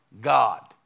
God